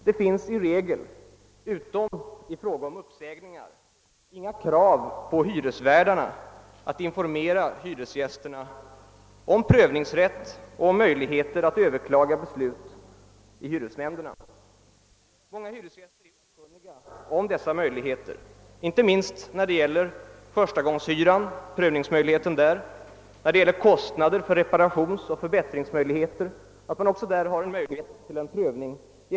Det ställs i regel, utom i fråga om uppsägningar, inga krav på hyresvärdarna att informera hyresgästerna om prövningsrätt och om möjligheterna att överklaga beslut i hyresnämnderna. Många hyresgäster är okunniga om prövningsrätten när det gäller t.ex. förstagångshyran och att man beträffande kostnader för reparationer och förbättringar har möjlighet till prövning i efterhand. Avslagna byten är en annan sådan sak.